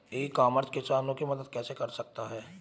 ई commerce किसानों की मदद कैसे कर सकता है?